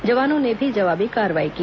जवानों ने भी जवाबी कार्रवाई की